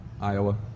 Iowa